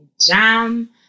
jam